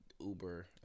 Uber